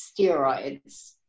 steroids